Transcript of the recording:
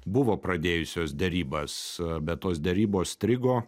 buvo pradėjusios derybas bet tos derybos strigo